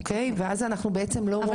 ואז אנחנו לא רואים אותם.